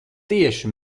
tieši